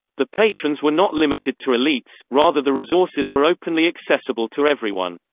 the patrons were not limited to elites, rather the resources were openly accessible to everyone.